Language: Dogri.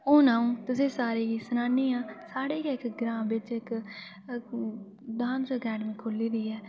हुन अ'ऊं तुसें सारें गी सनान्नी आं साढ़े गै इक ग्रां बिच इक डांस अकैडमी खु'ल्ली दी ऐ